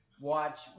watch